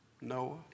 Noah